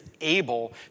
able